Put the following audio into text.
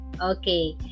okay